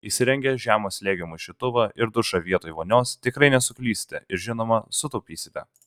įsirengę žemo slėgio maišytuvą ir dušą vietoj vonios tikrai nesuklysite ir žinoma sutaupysite